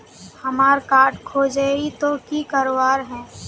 हमार कार्ड खोजेई तो की करवार है?